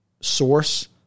source